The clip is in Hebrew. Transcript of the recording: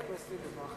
חבר הכנסת טיבי, זמנך